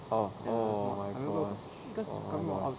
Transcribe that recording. oh oh my gosh oh my gosh